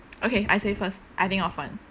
okay I say first I think of one